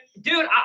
dude